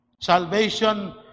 Salvation